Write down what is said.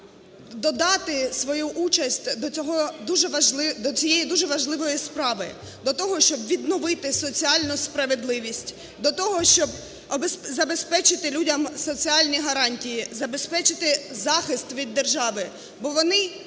важливого... до цієї дуже важливої справи, до того, щоб відновити соціальну справедливість, до того, щоб забезпечити людям соціальні гарантії, забезпечити захист від держави, бо вони